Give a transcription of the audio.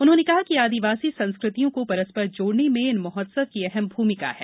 उन्होने कहा कि आदिवासी संस्कृतियों को परस्पर जोड़ने में इन महोत्सव की अहम भूमिका है